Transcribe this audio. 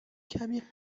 کمی